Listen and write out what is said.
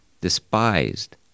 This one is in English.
despised